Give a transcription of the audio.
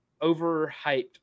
overhyped